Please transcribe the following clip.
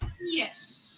Yes